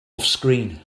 offscreen